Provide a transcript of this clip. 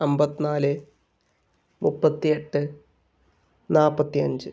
അമ്പത്തിനാല് മുപ്പത്തിയെട്ട് നാല്പത്തിയഞ്ച്